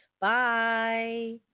Bye